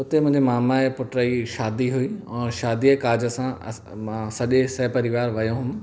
हुते मुंहिंजे मामा जे पुट जी शादी हुई ऐं शादीअ काज सां असां मां सॼे सह परिवार वियो हुयुमि